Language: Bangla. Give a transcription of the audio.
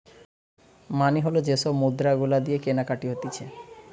মানি হল যে সব মুদ্রা গুলা দিয়ে কেনাকাটি হতিছে